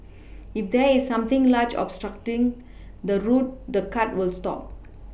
if there is something large obstructing the route the cart will stop